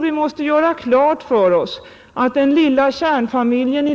Vi måste göra klart för oss att den lilla kärnfamiljen